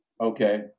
Okay